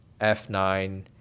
f9